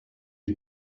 you